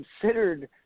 considered